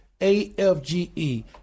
AFGE